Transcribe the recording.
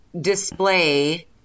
display